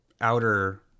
outer